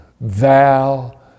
thou